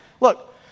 Look